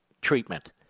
treatment